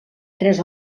tres